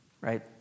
right